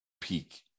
peak